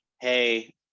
hey